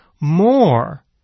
more